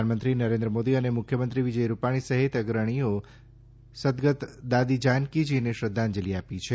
પ્રધાનમંત્રી નરેન્દ્ર મોદી અને મુખ્યમંત્રી વિજય રૂપાણી સહિત અગ્રણીઓઓ સદ્દગત દાદી જાનકીજીને શ્રદ્ધાંજલી આપી છે